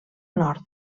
nord